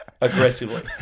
Aggressively